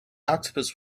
octopus